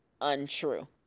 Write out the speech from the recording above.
untrue